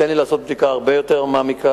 תן לי לעשות בדיקה הרבה יותר מעמיקה,